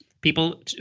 people